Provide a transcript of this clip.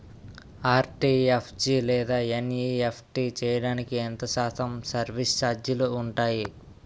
RTGS లేదా NEFT చేయడానికి ఎంత శాతం సర్విస్ ఛార్జీలు ఉంటాయి?